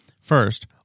First